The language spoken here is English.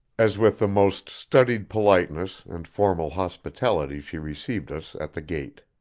as with the most studied politeness and formal hospitality she received us at the gate.